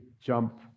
jump